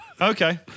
okay